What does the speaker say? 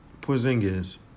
Porzingis